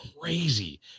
Crazy